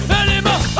anymore